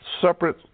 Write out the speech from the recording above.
Separate